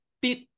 bit